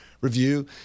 review